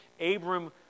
Abram